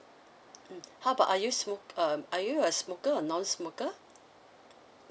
mm how about are you smoke um are you a smoker or non-smoker